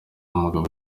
umugabo